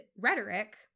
rhetoric